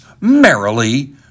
merrily